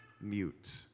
mute